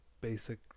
basic